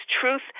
truth